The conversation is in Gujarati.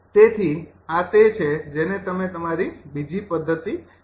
તેથી આ તે છે જેને તમે તમારી બીજી પદ્ધતિ કહો છો